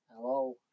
Hello